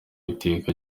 iteka